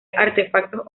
artefactos